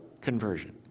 conversion